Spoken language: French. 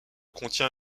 contient